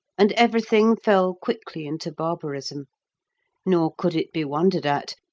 and everything fell quickly into barbarism nor could it be wondered at,